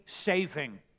saving